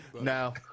Now